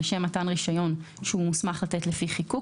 לשם מתן רישיון שהוא מוסמך לתת לפי חיקוק,